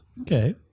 Okay